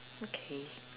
okay